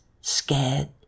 scared